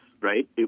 right